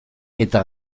eta